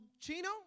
Chino